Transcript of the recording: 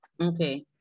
Okay